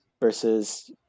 versus